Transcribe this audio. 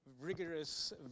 rigorous